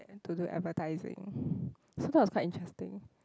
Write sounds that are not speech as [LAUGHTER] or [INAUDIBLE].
have to do advertising [BREATH] so that was quite interesting